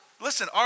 Listen